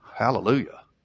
Hallelujah